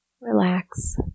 relax